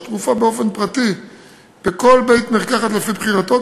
תרופה באופן פרטי בכל בית-מרקחת לפי בחירתו,